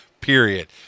period